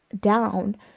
down